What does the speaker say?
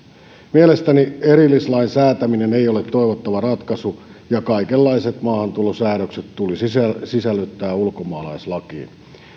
mielestäni erillislain säätäminen ei ole toivottava ratkaisu ja kaikenlaiset maahantulosäädökset tulisi sisällyttää ulkomaalaislakiin